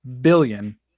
billion